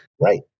Right